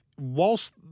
whilst